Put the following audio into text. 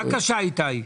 בבקשה, איתי.